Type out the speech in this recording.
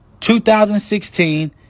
2016